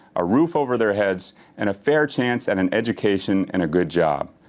a roof over their heads and a fair chance at an education and a good job.